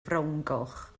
frowngoch